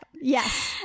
Yes